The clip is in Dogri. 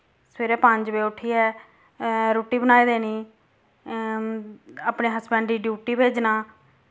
सबेरे पंज बजे उट्ठियै रुट्टी बनाई देनी अपने हस्बैंड गी ड्यूटी भेजना